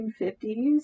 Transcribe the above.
1950s